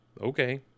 Okay